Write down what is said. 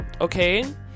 okay